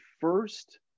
first